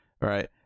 Right